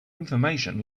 information